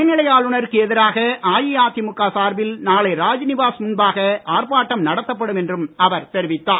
துணை நிலை ஆளுநருக்கு எதிராக அஇஅதிமுக சார்பில் நாளை ராஜ்நிவாஸ் முன்பாக ஆர்ப்பாட்டம் நடத்தப்படும் என்றும் அவர் தெரிவித்தார்